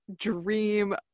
dream